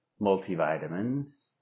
multivitamins